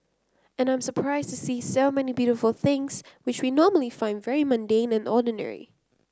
and I'm surprised to see so many beautiful things which we normally find very mundane and ordinary